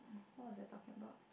what was I talking about